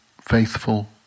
faithful